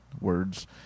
Words